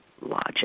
logic